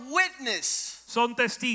witness